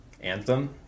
anthem